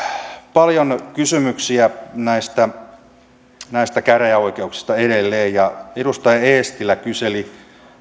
paljon kysymyksiä näistä näistä käräjäoikeuksista edelleen ja edustaja eestilä kyseli